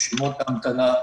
רשימות המתנה,